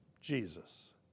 Jesus